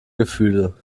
gefühle